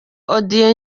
audio